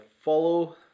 follow